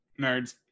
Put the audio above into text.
Nerds